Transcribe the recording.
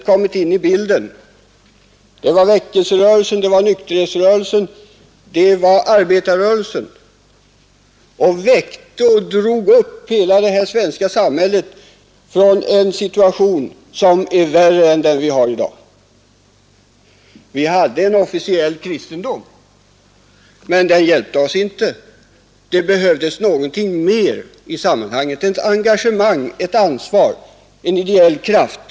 Då kom folkrörelserna in i bilden — väckelserörelsen, nykterhetsrörelsen och arbetarrörelsen — och väckte hela det svenska samhället ur en situation som var mycket värre än den vi har i dag. Vi hade en officiell kristendom, men den hjälpte oss inte. Det behövdes någonting mer i sammanhanget, ett engagemang, ett ansvar, en ideell kraft.